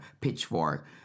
pitchfork